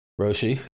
Roshi